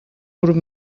grup